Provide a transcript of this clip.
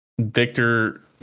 Victor